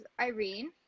irene